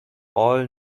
all